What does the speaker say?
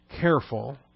careful